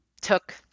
took